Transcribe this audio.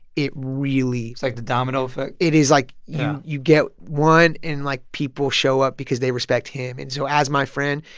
it really. it's like the domino effect? it is like yeah you get one, and like, people show up because they respect him. and so, as my friend,